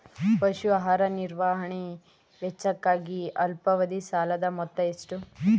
ಪಶು ಆಹಾರ ನಿರ್ವಹಣೆ ವೆಚ್ಚಕ್ಕಾಗಿ ಅಲ್ಪಾವಧಿ ಸಾಲದ ಮೊತ್ತ ಎಷ್ಟು?